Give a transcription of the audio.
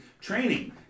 training